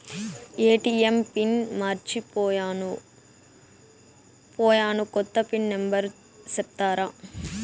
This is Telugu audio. ఎ.టి.ఎం పిన్ మర్చిపోయాను పోయాను, కొత్త పిన్ నెంబర్ సెప్తారా?